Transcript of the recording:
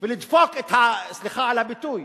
ולדפוק את סליחה על הביטוי,